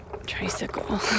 tricycle